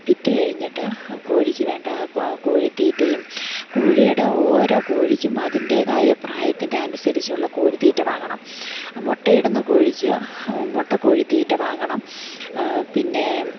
വിറ്റു കഴിഞ്ഞിട്ട് കോഴിക്ക് വേണ്ട കോഴി തീറ്റയും കോഴിയുടെ ഓരോ കോഴിക്കും അതിൻ്റേതായ പ്രായത്തിൻ്റെ അനുസരിച്ചുള്ള കോഴി തീറ്റ വാങ്ങണം മുട്ടയിടുന്ന കോഴിക്ക് മുട്ട കോഴി തീറ്റ വാങ്ങണം പിന്നെ